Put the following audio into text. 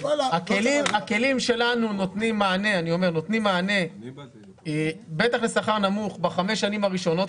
הכלים שלנו נותנים מענה בטח לשכר נמוך בחמש השנים הראשונות.